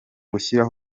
uburyo